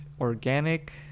organic